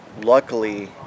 luckily